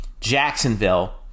Jacksonville